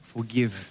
Forgive